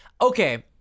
okay